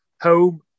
home